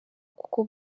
kuko